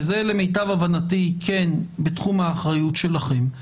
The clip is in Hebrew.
כי זה למיטב הבנתי כן בתחום האחריות שלכם,